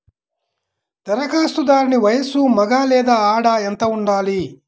ధరఖాస్తుదారుని వయస్సు మగ లేదా ఆడ ఎంత ఉండాలి?